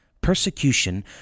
Persecution